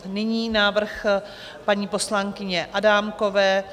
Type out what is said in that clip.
Nyní návrh paní poslankyně Adámkové.